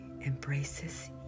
embraces